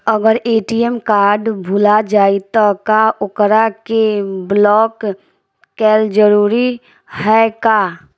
अगर ATM card भूला जाए त का ओकरा के बलौक कैल जरूरी है का?